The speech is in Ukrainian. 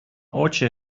очі